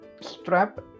strap